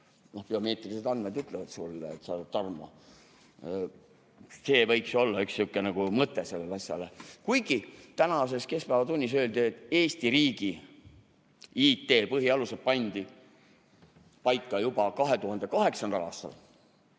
Biomeetrilised andmed ütlevad sulle, et sa oled Tarmo. See võiks ju olla üks niisugune mõte sellele asjale. Kuigi tänases "Keskpäevatunnis" öeldi, et Eesti riigi IT-põhialused pandi paika juba 2008. aastal,